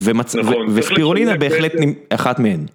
וספירולינה בהחלט אחת מהן.